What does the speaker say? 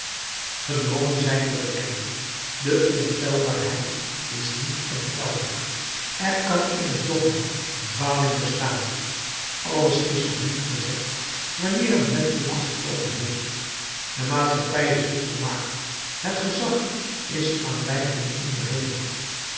gedwongen zijn te bekennen de onfeilbaarheid is niet onfeilbaar er kan in het dogma dwaling bestaan alles is nog niet gezegd wanneer een wetboek gesproken heeft de maatschappij is niet volmaakt het gezag is aan weifeling onderhevig